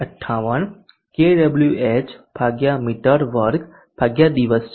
58 KWH મી2 દિવસ છે